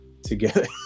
together